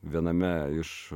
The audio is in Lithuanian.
viename iš